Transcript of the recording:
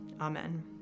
Amen